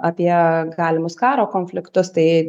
apie galimus karo konfliktus tai